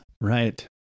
right